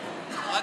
ברק,